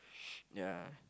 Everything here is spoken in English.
ya